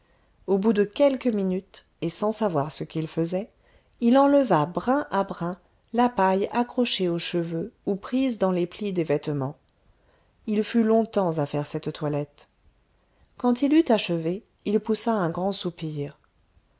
au bout de quelques minutes et sans savoir ce qu'il faisait il enleva brin à brin la paille accrochée aux cheveux ou prise dans les plis des vêtements il fut longtemps à faire cette toilette quand il eut achevé il poussa un grand soupir